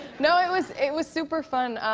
no. it was it was super fun.